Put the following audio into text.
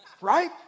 Right